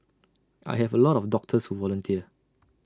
I have A lot of doctors who volunteer